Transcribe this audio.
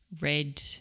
red